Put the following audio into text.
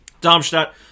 Darmstadt